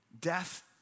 Death